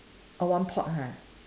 oh one pot ha